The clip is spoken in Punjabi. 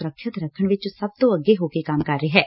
ਸੁਰੱਖਿਅਤ ਰੱਖਣ ਚ ਸਭ ਤੋਂ ਅੱਗੇ ਹੋ ਕੇ ਕੰਮ ਕਰ ਰਿਹੈ